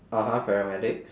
(uh huh) paramedics